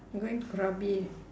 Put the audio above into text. going krabi